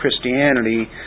Christianity